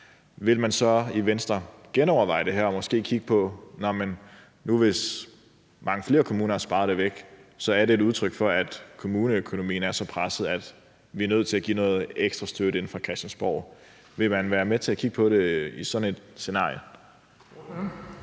vil man så i Venstre genoverveje det her og måske kigge på det? For hvis mange flere kommuner sparer det væk, er det et udtryk for, at kommuneøkonomien er så presset, at vi er nødt til at give noget ekstra støtte fra Christiansborgs side af, og vil man så være med til at kigge på det, hvis sådan et scenarie